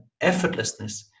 effortlessness